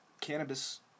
cannabis